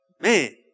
man